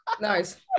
Nice